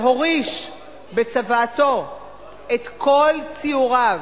שהוריש בצוואתו את כל ציוריו,